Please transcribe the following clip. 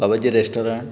Babaji restaurant